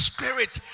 Spirit